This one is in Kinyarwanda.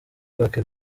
kwaka